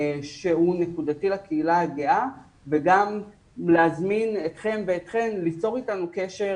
שהוא נקודתי לקהילה הגאה וגם להזמין אתכם ואתכן ליצור אתנו קשר